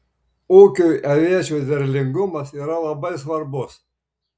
ūkiui aviečių derlingumas yra labai svarbus